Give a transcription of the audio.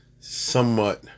somewhat